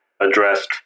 addressed